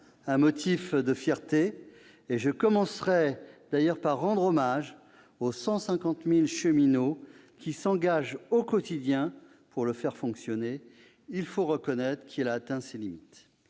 un motif de fierté- je commence d'ailleurs par rendre hommage aux 150 000 cheminots qui s'engagent au quotidien pour le faire fonctionner -, il convient de reconnaître qu'il a atteint ses limites.